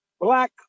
black